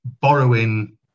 borrowing